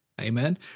Amen